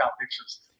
pictures